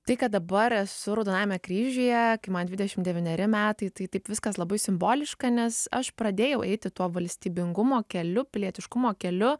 tai kad dabar esu raudonajame kryžiuje kai man dvidešim devyneri metai tai taip viskas labai simboliška nes aš pradėjau eiti tuo valstybingumo keliu pilietiškumo keliu